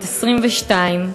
בת 22,